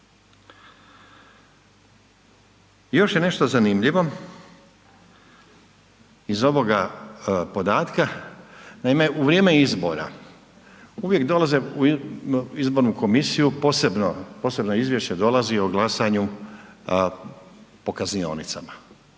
Još je nešto zanimljivo iz ovoga podatka, naime u vrijeme izbora uvijek dolaze u izbornu komisiju posebno izvješće dolazi o glasanju po kaznionicama,